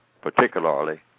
particularly